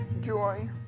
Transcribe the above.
joy